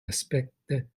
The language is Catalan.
aspecte